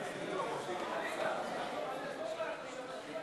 לשנת התקציב 2016,